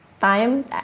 time